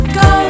go